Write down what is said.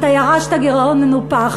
אתה ירשת גירעון מנופח,